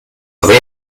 aber